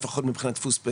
לפחות מבחינת דפוס,